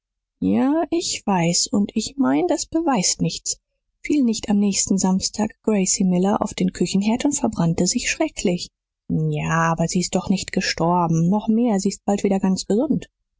ja ich weiß und ich mein das beweist nichts fiel nicht am nächsten samstag gracie miller auf den küchenherd und verbrannte sich schrecklich ja aber sie ist doch nicht gestorben noch mehr sie ist bald wieder ganz gesund